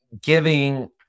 giving